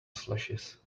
slashes